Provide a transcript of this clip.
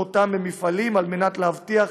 כדי להבטיח,